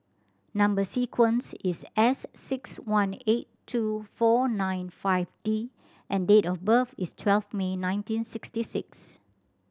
number sequence is S six one eight two four nine five D and date of birth is twelve May nineteen sixty six